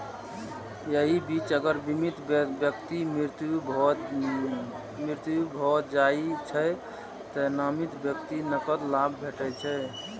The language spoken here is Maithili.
एहि बीच अगर बीमित व्यक्तिक मृत्यु भए जाइ छै, तें नामित व्यक्ति कें नकद लाभ भेटै छै